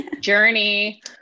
Journey